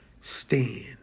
stand